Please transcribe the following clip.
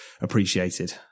appreciated